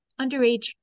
underage